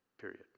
Period